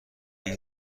این